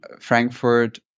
Frankfurt